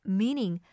meaning